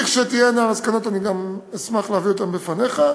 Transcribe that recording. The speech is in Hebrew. כשתהיינה המסקנות, אני גם אשמח להביא אותן בפניך.